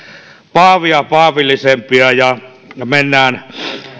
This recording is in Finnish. paavia paavillisempia ja mennään